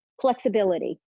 flexibility